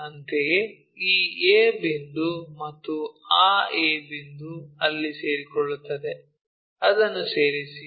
ಅಂತೆಯೇ ಈ a ಬಿಂದು ಮತ್ತು ಆ a ಬಿಂದು ಅಲ್ಲಿ ಸೇರಿಕೊಳ್ಳುತ್ತದೆ ಅದನ್ನು ಸೇರಿಸಿ